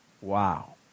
Wow